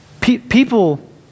People